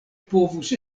povus